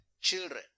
children